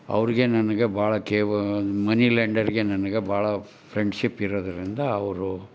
ಅವ್ರಿಗೆ ನನಗೆ ಭಾಳ ಕೇವಾ ಮನಿ ಲ್ಯಾಂಡರಿಗೆ ನನಗ ಭಾಳ ಫ್ರೆಂಡ್ಶಿಪ್ ಇರೋದರಿಂದ ಅವರು